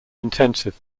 intensive